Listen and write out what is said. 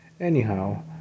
Anyhow